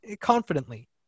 confidently